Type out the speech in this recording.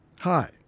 Hi